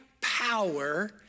power